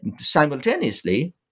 simultaneously